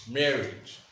marriage